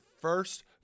first